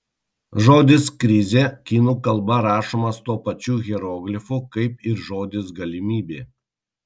žodis krizė kinų kalba rašomas tuo pačiu hieroglifu kaip ir žodis galimybė